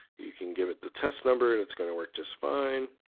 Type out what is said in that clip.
you can, give it the test number and it's gonna work just fine